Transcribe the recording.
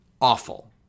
awful